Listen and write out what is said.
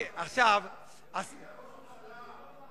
מנית ראש ממשלה "תומך חקלאות",